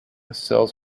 sells